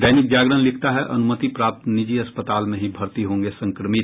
दैनिक जागरण लिखता है अनुमति प्राप्त निजी अस्पताल में ही भर्ती होंगे संक्रमित